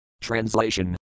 Translation